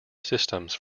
systems